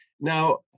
Now